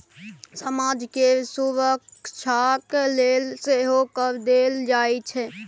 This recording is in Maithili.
समाज केर सुरक्षाक लेल सेहो कर देल जाइत छै